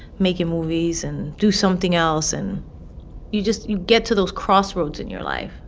making movies and do something else. and you just you get to those crossroads in your life.